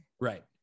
Right